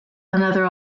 another